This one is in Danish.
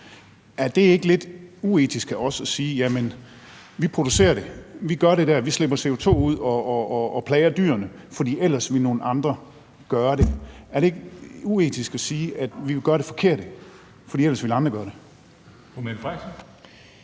Er det ikke lidt uetisk af os at sige: Vi producerer det, vi slipper CO2 ud, og vi plager dyrene, for ellers vil nogle andre gøre det? Er det ikke lidt uetisk at sige, at vi vil gøre det forkerte, fordi der ellers er nogle andre, der gør det?